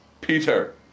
Peter